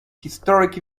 historic